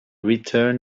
return